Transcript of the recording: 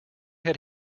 had